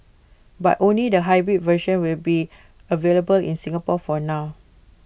but only the hybrid version will be available in Singapore for now